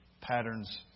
patterns